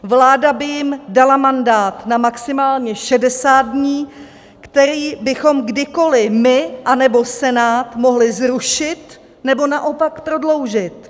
Vláda by jim dala mandát na maximálně 60 dní, který bychom kdykoli my anebo Senát mohli zrušit, nebo naopak prodloužit.